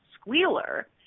squealer